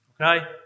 Okay